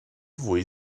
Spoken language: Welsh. fwy